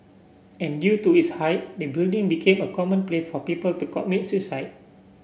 and due to its height the building became a common place for people to commit suicide